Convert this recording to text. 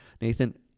Nathan